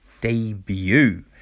debut